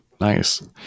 Nice